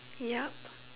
yup